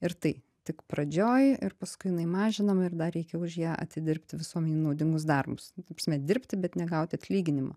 ir tai tik pradžioj ir paskui jinai mažinama ir dar reikia už ją atidirbti visuomenei naudingus darbus ta prasme dirbti bet negauti atlyginimo